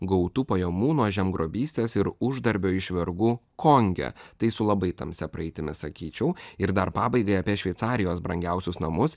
gautų pajamų nuo žemgrobystės ir uždarbio iš vergų konge tai su labai tamsia praeitimi sakyčiau ir dar pabaigai apie šveicarijos brangiausius namus